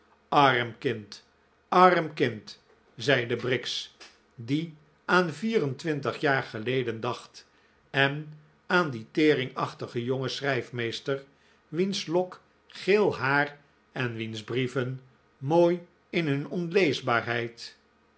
arm kind arm kind zeide briggs die aan vier-en-twintig jaar geleden dacht en aan dien teringachtigen jongen schrijfmeester wiens lok geel haar en wiens brieven mooi in hun onleesbaarheid